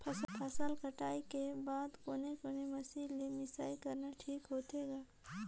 फसल कटाई के बाद कोने कोने मशीन ले मिसाई करना ठीक होथे ग?